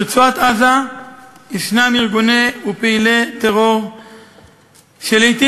ברצועת-עזה יש ארגוני ופעילי טרור שלעתים